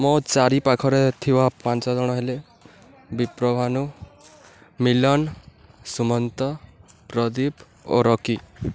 ମୋ ଚାରି ପାଖରେ ଥିବା ପାଞ୍ଚ ଜଣ ହେଲେ ବିପ୍ରଭାନୁ ମିଲନ ସୁମନ୍ତ ପ୍ରଦୀପ ଓ ରକି